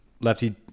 Lefty